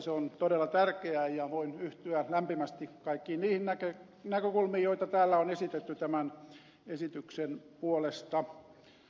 se on todella tärkeää ja voin yhtyä lämpimästi kaikkiin niihin näkökulmiin joita täällä on esitetty tämän esityksen puolesta